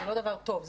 זה לא דבר טוב,